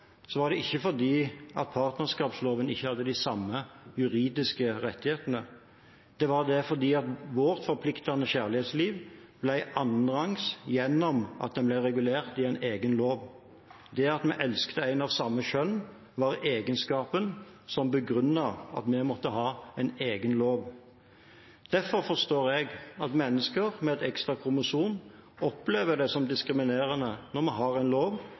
var det ikke fordi partnerskapsloven ikke hadde de samme juridiske rettighetene. Det var fordi vårt forpliktende kjærlighetsliv ble annenrangs gjennom at den ble regulert i en egen lov. Det at vi elsket en av samme kjønn, var egenskapen som begrunnet at vi måtte ha en egen lov. Derfor forstår jeg at mennesker med et ekstra kromosom opplever det som diskriminerende at vi har en lov